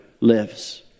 lives